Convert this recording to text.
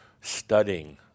studying